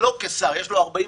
שלא כשר, יש לו 48